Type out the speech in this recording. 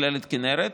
מכללת כנרת.